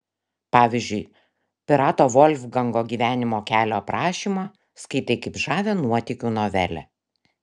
pavyzdžiui pirato volfgango gyvenimo kelio aprašymą skaitai kaip žavią nuotykių novelę